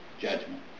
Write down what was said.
judgment